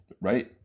right